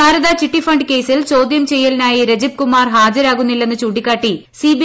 Sharada chitty fund കേസിൽ ചോദ്യം പ്രച്ചെയ്യുലിനായി രജിബ് കുമാർ ഹാജരാകുന്നില്ലെന്ന് ചൂണ്ടിക്കാട്ടി സീീബി